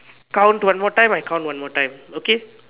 count one more time I count one more time okay